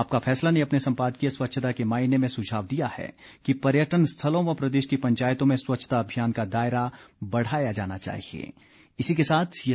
आपका फैसला ने अपने सम्पादकीय स्वच्छता के मायने में सुझाव दिया है कि पर्यटन स्थलों व प्रदेश की पंचायतों में स्वच्छता अभियान का दायरा बढ़ाया जाना चाहिये